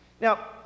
Now